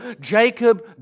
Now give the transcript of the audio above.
Jacob